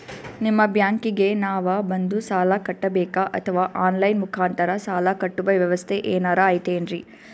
ನಿಮ್ಮ ಬ್ಯಾಂಕಿಗೆ ನಾವ ಬಂದು ಸಾಲ ಕಟ್ಟಬೇಕಾ ಅಥವಾ ಆನ್ ಲೈನ್ ಮುಖಾಂತರ ಸಾಲ ಕಟ್ಟುವ ವ್ಯೆವಸ್ಥೆ ಏನಾರ ಐತೇನ್ರಿ?